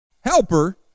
Helper